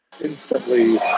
instantly